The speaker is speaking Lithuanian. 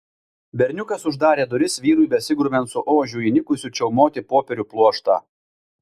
berniukas uždarė duris vyrui besigrumiant su ožiu įnikusiu čiaumoti popierių pluoštą